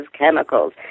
chemicals